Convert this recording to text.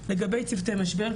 לגבי צוותי משבר,